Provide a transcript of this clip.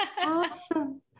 Awesome